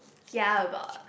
kia about